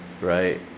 right